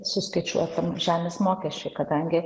suskaičiuotam žemės mokesčiui kadangi